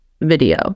video